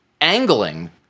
angling